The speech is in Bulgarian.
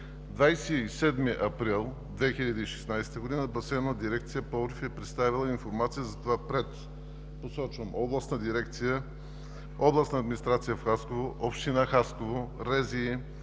27 април 2016 г. Басейнова дирекция – Пловдив, е представила информация за това пред Областна дирекция, Областна администрация – Хасково, община Хасково, РЗИ,